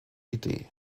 idee